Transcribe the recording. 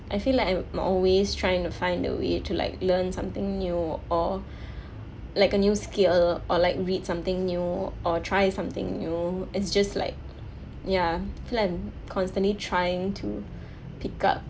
I feel like I'm always trying to find a way to like learn something new or like a new skill or like read something new or try something new it's just like ya plan constantly trying to pick up